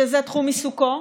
שזה תחום עיסוקו,